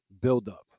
buildup